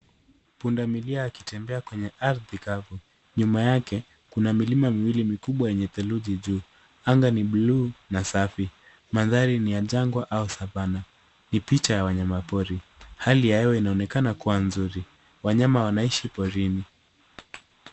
Pundamilia akitembea kwenye ardhi kavu. Nyuma yake kuna milima miwili mikubwa yenye theluji juu. Anga ni buluu na safi. Mandhari ni ya jangwa au savana. Ni picha ya wanyama pori. Hali ya hewa inaonekana kuwa nzuri. Wanyama wanaishi porini.